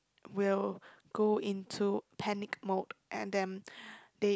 will go into panic mode and then they